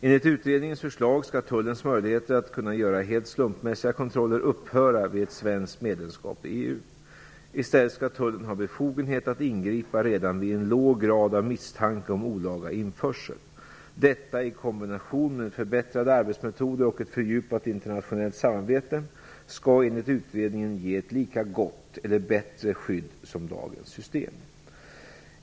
Enligt utredningens förslag skall tullens möjligheter att göra helt slumpmässiga kontroller upphöra vid ett svenskt medlemskap i EU. I stället skall tullen ha befogenhet att ingripa redan vid en låg grad av misstanke om olaga införsel. Detta, i kombination med förbättrade arbetsmetoder och ett fördjupat internationellt samarbete, skall enligt utredningen ge ett lika gott, eller bättre, skydd som dagens system.